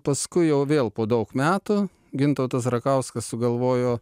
paskui jau vėl po daug metų gintautas rakauskas sugalvojo